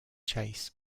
chase